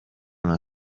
una